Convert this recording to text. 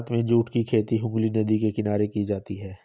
भारत में जूट की खेती हुगली नदी के किनारे की जाती है